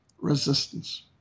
resistance